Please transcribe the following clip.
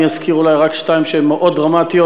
אני אזכיר אולי רק שתיים שהן מאוד דרמטיות: